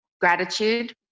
Gratitude